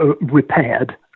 repaired